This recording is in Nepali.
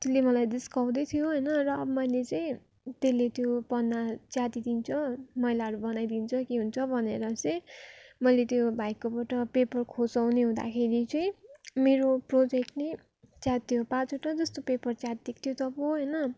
त्यसला मलाई जिस्काउँदै थियो होइन र अब मैले चाहिँ त्यसले त्यो पन्ना च्यातिदिन्छ मैलाहरू बनाइदिन्छ के हुन्छ भनेर चाहिँ मैले त्यो भाइकोबाट पेपर खोसाउने हुँदाखेरि चाहिँ मेरो प्रोजेक्ट नै च्यातियो पाँचवटा जस्तो पेपर च्यातिदिएको थियो अब होइन